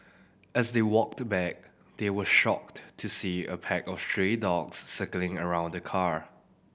as they walked back they were shocked to see a pack of stray dogs circling around the car